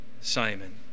Simon